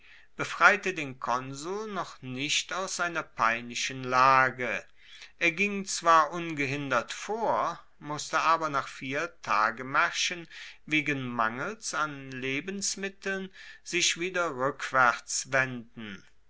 befreite den konsul noch nicht aus seiner peinlichen lage er ging zwar ungehindert vor musste aber nach vier tagemaerschen wegen mangels an lebensmitteln sich wieder rueckwaerts wenden